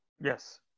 Yes